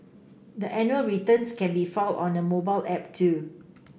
the annual returns can be filed on a mobile app too